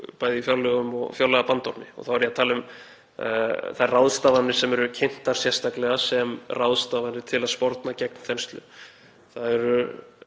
og fjárlagabandormi, og þá er ég að tala um þær ráðstafanir sem eru kynntar sérstaklega sem ráðstafanir til að sporna gegn þenslu,